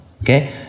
okay